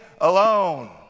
alone